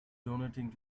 donating